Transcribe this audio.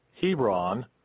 Hebron